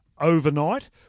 overnight